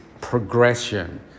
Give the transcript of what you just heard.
progression